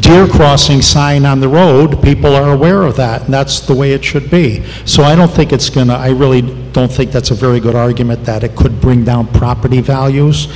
deer crossing sign on the road people are aware of that and that's the way it should be so i don't think it's going to i really don't think that's a very good argument that it could bring down property values